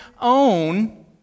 own